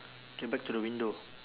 K back to the window